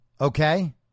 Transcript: okay